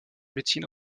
médecine